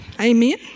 Amen